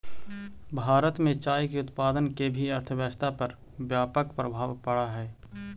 भारत में चाय के उत्पादन के भी अर्थव्यवस्था पर व्यापक प्रभाव पड़ऽ हइ